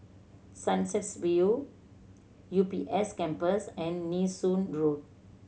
Sunsets View U B S Campus and Nee Soon Road